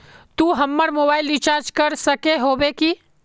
तू हमर mobile recharge कर सके होबे की?